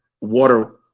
water